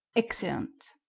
exeunt